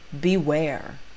beware